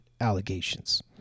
allegations